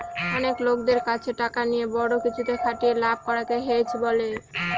অনেক লোকদের কাছে টাকা নিয়ে বড়ো কিছুতে খাটিয়ে লাভ করাকে হেজ বলে